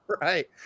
right